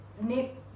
Nick